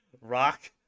rock